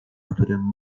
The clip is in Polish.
którym